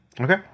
Okay